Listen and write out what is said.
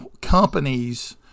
companies